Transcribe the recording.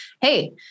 hey